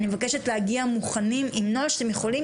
אני מבקשת להגיע מוכנים עם נוהל שאתם יכולים